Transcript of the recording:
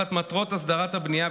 תחת מטרות הסדרת הבנייה,